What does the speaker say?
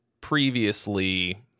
previously